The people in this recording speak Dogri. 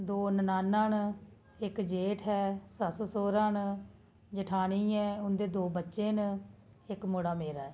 दो ननान्नां न इक जेठ ऐ सस्स सौह्रा न जठानी ऐ उं'दे दो बच्चे न इक मुड़ा मेरा ऐ